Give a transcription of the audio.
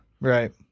Right